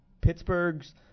Pittsburgh's